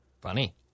Funny